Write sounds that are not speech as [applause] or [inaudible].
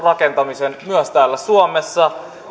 [unintelligible] rakentamisen myös täällä suomessa